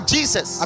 Jesus